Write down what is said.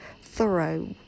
thorough